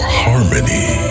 harmony